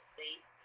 safe